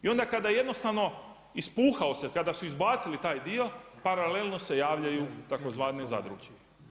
I onda kada jednostavno ispuhao se, kada su izbacili taj dio paralelno se javljaju tzv. zadruge.